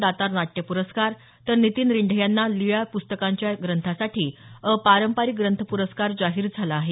दातार नाट्य प्रस्कार तर नितीन रिंढे यांना लीळा प्रस्तकांच्या या ग्रंथासाठी अपारंपरिक ग्रंथ प्रस्कार जाहीर झाला आहे